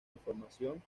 información